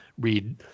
read